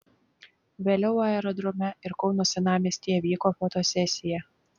vėliau aerodrome ir kauno senamiestyje vyko fotosesija